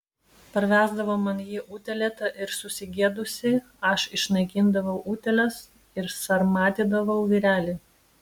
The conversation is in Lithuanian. parvesdavo man jį utėlėtą ir susigėdusį aš išnaikindavau utėles ir sarmatydavau vyrelį